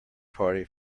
party